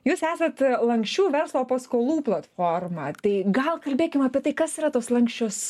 jūs esat lanksčių verslo paskolų platforma tai gal kalbėkim apie tai kas yra tos lanksčios